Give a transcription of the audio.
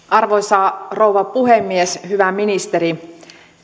arvoisa rouva puhemies hyvä ministeri